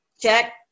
check